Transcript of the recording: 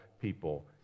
people